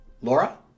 Laura